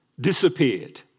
disappeared